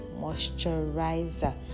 moisturizer